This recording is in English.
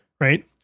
right